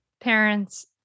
parents